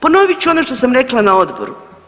Ponovit ću ono što sam rekla na odboru.